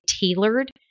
tailored